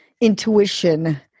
intuition